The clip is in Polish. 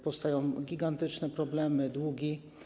Powstają gigantyczne problemy, długi.